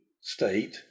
state